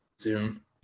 Zoom